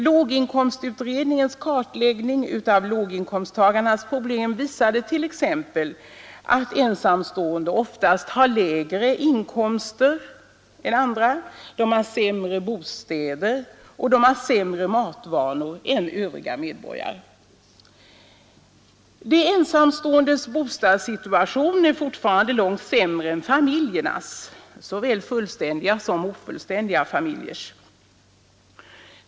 Låginkomstutredningens kartläggning av låginkomsttagarnas problem visade t.ex. att ensamstående oftast har lägre inkomster, sämre bostäder och sämre matvanor än övriga medborgare. De ensamståendes bostadssituation är fortfarande långt sämre än familjernas — såväl fullständiga som ofullständiga familjers.